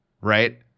right